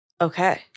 Okay